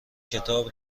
کتاب